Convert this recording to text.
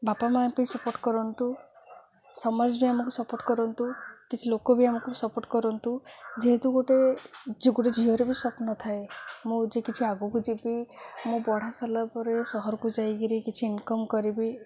ବାପା ମାଆ ବି ସପୋର୍ଟ୍ କରନ୍ତୁ ସମାଜ ବି ଆମକୁ ସପୋର୍ଟ୍ କରନ୍ତୁ କିଛି ଲୋକ ବି ଆମକୁ ସପୋର୍ଟ କରନ୍ତୁ ଯେହେତୁ ଗୋଟେ ଗୋଟେ ଝିଅର ବି ସ୍ୱପ୍ନ ଥାଏ ମୁଁ ଯେ କିଛି ଆଗକୁ ଯିବି ମୁଁ ପଢ଼ା ସରିଲା ପରେ ସହରକୁ ଯାଇକିରି କିଛି ଇନକମ୍ କରିବି